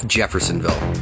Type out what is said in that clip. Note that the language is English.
Jeffersonville